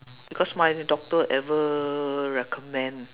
because my doctor ever recommend